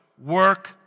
Work